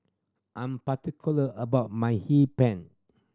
I'm particular about my Hee Pan